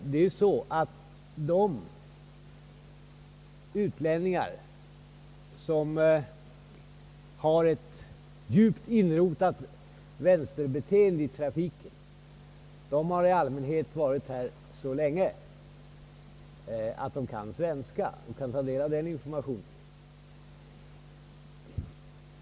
Det är ju så att de utlänningar som har ett djupt inrotat vänsterbeteende i trafiken i allmänhet varit här så länge att de kan svenska och alltså kan ta del av informationen på vårt språk.